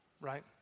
right